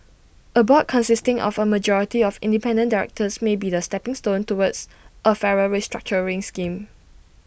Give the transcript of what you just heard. A board consisting of A majority of independent directors may be the stepping stone towards A fairer restructuring scheme